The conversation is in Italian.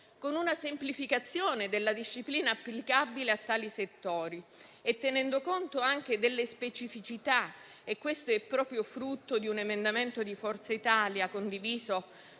con una semplificazione della disciplina applicabile a tali settori, e tenendo conto anche delle specificità. Questo è proprio frutto di un emendamento di Forza Italia, condiviso